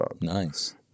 Nice